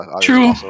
True